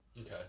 Okay